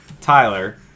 Tyler